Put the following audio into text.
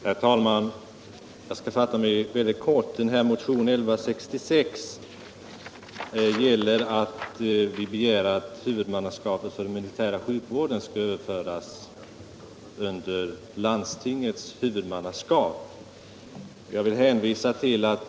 Herr talman! Jag skall fatta mig mycket kort. I motionen 1166 begär vi att den militära sjukvården skall läggas under landstingens huvudmannaskap.